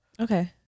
Okay